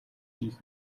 хийх